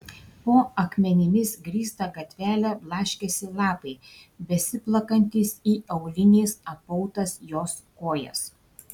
po akmenimis grįstą gatvelę blaškėsi lapai besiplakantys į auliniais apautas jos kojas